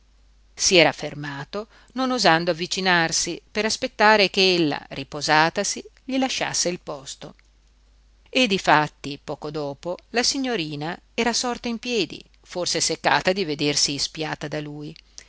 si era fermato non osando avvicinarsi per aspettare ch'ella riposatasi gli lasciasse il posto e difatti poco dopo la signorina era sorta in piedi forse seccata di vedersi spiata da lui